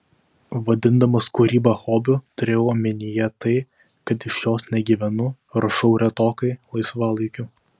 vadindamas kūrybą hobiu turėjau omenyje tai kad iš jos negyvenu rašau retokai laisvalaikiu